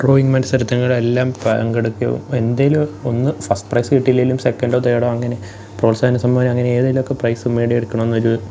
drawing മത്സരത്തിനെല്ലാം പങ്കെടുക്കും എന്തേലുമൊന്ന് ഫസ്റ്റ് പ്രൈസ്സ് കിട്ടിയില്ലേലും സെക്കന്റോ തേഡോ അങ്ങനെ പ്രോത്സാഹന സമ്മാനം അങ്ങനെ ഏതേലുമൊക്കെ പ്രൈസ് നേടിയെടുക്കണമെന്നൊരു